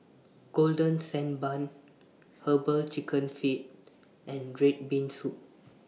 Golden Sand Bun Herbal Chicken Feet and Red Bean Soup